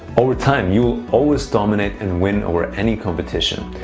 over time, you'll always dominate and win over any competition.